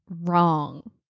wrong